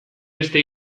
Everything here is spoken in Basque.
beste